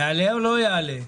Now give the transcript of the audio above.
יעלה או לא יעלה?